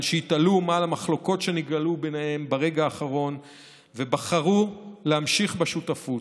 שהתעלו מעל המחלוקות שהתגלעו ביניהם ברגע האחרון ובחרו להמשיך בשותפות.